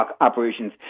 Operations